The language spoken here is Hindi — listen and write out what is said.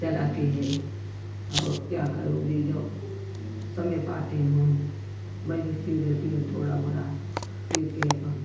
चलाती है और क्या करूँगी जो समय पाती हूँ मैं भी सी देती हूँ थोड़ा मोड़ा सीकर अपन